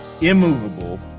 immovable